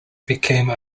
became